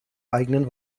eigenen